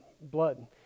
blood